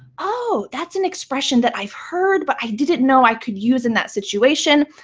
oh, that's an expression that i've heard, but i didn't know i could use in that situation.